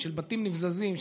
של בתים נבזזים,